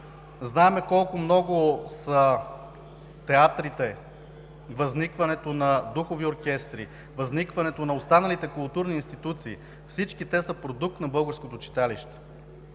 Знаем колко много са театрите, възникването на духови оркестри, възникването на останалите културни институции. Всички те са продукт на българското читалище.